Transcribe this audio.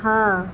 ہاں